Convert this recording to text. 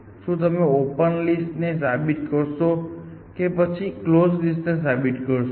શું તમે open list ને સાબિત કરશો કે પછી કલોઝ લિસ્ટ ને સાબિત કરશો